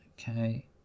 okay